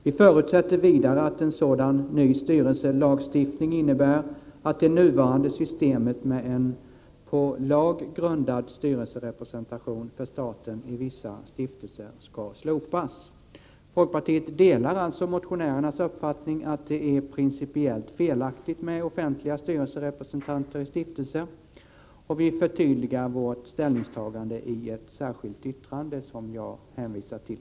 Vi förutsätter vidare att den nya stiftelselagstiftningen innebär att det nuvarande systemet med en på lag grundad styrelserepresentation för staten i vissa stiftelser skall slopas. Folkpartiet delar motionärernas uppfattning att det principiellt är felaktigt med offentliga styrelserepresentanter i stiftelser. Vi förtydligar vårt ställningstagande i ett särskilt yttrande, som jag hänvisar till.